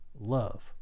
love